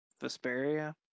Vesperia